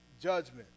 judgment